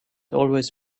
always